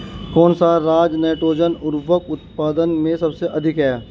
कौन सा राज नाइट्रोजन उर्वरक उत्पादन में सबसे अधिक है?